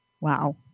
Wow